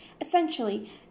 Essentially